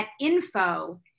info